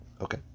Okay